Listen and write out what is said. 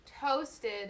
toasted